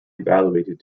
evaluated